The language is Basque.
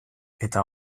eta